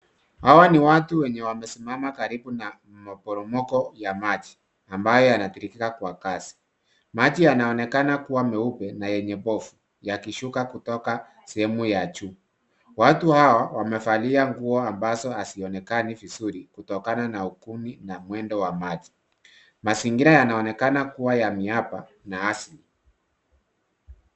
Hawa ni watu wenye wamesimama karibu na maporomoko ya maji, ambayo yanatiririka kwa kasi. Maji yanaonekana kuwa meupe na yenye povu yakishuka kutoka sehemu ya juu. Watu hawa wamevalia nguo ambazo hazionekani vizuri kutokana na ungumi na mwendo wa maji. Mazingira yanaonekana kuwa ya miapa na asili.